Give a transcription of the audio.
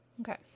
Okay